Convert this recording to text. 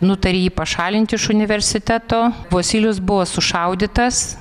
nutarė jį pašalinti iš universiteto vosylius buvo sušaudytas